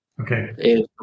Okay